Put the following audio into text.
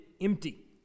empty